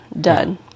done